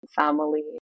family